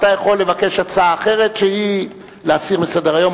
אתה יכול לבקש הצעה אחרת שהיא להסיר מסדר-היום,